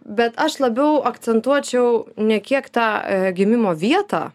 bet aš labiau akcentuočiau ne kiek tą a gimimo vietą